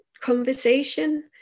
conversation